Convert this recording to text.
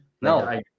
No